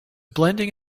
blending